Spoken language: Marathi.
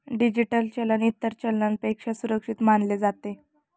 डिजिटल चलन इतर चलनापेक्षा सुरक्षित मानले जाते